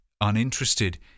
uninterested